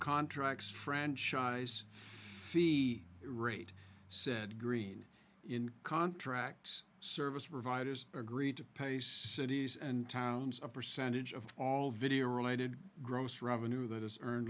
franchise fee rate said green in contracts service providers agreed to pay cities and towns a percentage of all video related gross revenue that is earned